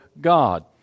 God